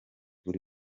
buri